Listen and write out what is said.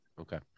Okay